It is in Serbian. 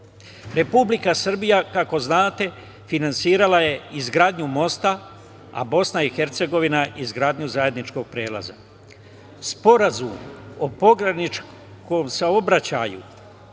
BiH.Republika Srbija, kako znate, finansirala je izgradnju mosta, a BiH izgradnju zajedničkog prelaza. Sporazum o pograničnom saobraćaju